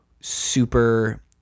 super